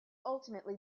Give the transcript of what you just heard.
ultimately